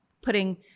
putting